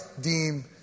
deem